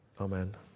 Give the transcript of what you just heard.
Amen